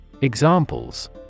Examples